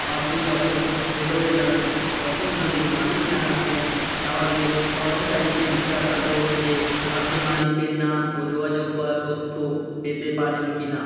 আপনি যখন ভেতরে যাবেন তখন যদি মালিক না থাকেন তাহলে কর্মচারীকে জিজ্ঞাসা করুন যে আপনি মালিকের নাম ও যোগাযোগ করার তথ্য পেতে পারেন কি না